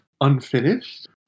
unfinished